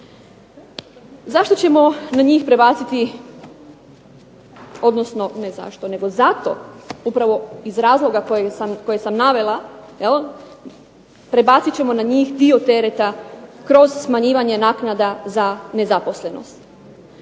Zašto ćemo na njih prebaciti, ne zašto nego zato, upravo iz razloga koje sam navela, prebacit ćemo na njih dio tereta kroz smanjivanje naknada za nezaposlenost.